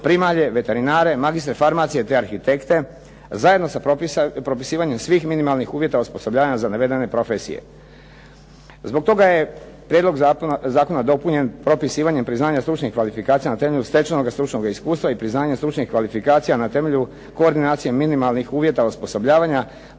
primalje, veterinare, magistre farmacije te arhitekte, zajedno sa propisivanjem svih minimalnih uvjeta osposobljavanja za navedene profesije. Zbog toga je prijedlog zakona dopunjen propisivanjem priznanja stručnih kvalifikacija na temelju stečenog stručnog iskustva i priznanja stručnih kvalifikacija na temelju koordinacije minimalnih uvjeta osposobljavanja,